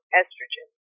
estrogen